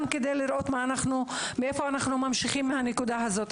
כדי לראות איך אנחנו ממשיכים מנקודה זו.